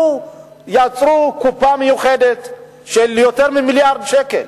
ויצרו קופה מיוחדת של יותר ממיליארד שקל.